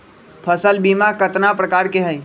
फसल बीमा कतना प्रकार के हई?